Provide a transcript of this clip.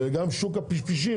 וגם שוק הפשפשים,